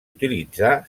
utilitzar